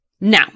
Now